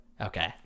Okay